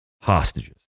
hostages